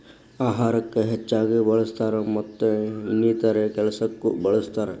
ಅಹಾರಕ್ಕ ಹೆಚ್ಚಾಗಿ ಬಳ್ಸತಾರ ಮತ್ತ ಇನ್ನಿತರೆ ಕೆಲಸಕ್ಕು ಬಳ್ಸತಾರ